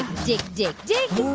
dig, dig, dig, dig,